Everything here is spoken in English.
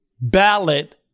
ballot